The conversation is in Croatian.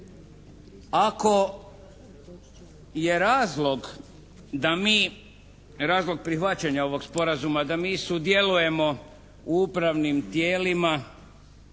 da mi, razlog prihvaćanja ovog sporazuma da mi sudjelujemo u upravnim tijelima